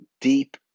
deep